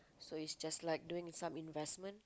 so it's just like doing some investment